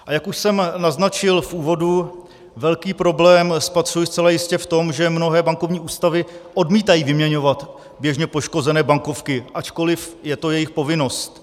A jak už jsem naznačil v úvodu, velký problém spatřuji zcela jistě v tom, že mnohé bankovní ústavy odmítají vyměňovat běžně poškozené bankovky, ačkoliv je to jejich povinnost.